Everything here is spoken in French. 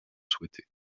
souhaitée